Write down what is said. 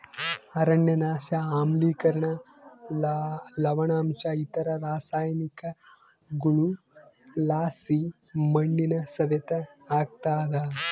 ಅರಣ್ಯನಾಶ ಆಮ್ಲಿಕರಣ ಲವಣಾಂಶ ಇತರ ರಾಸಾಯನಿಕಗುಳುಲಾಸಿ ಮಣ್ಣಿನ ಸವೆತ ಆಗ್ತಾದ